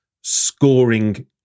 scoring